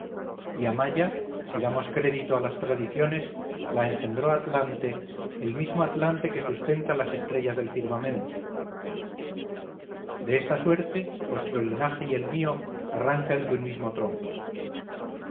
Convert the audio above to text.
y a maya si damos crédito a las tradiciones la engendró atlante el mismo atlante que sustenta las estrellas del firmamento de esta suerte vuestro linaje y el mío arrancan de un mismo tronco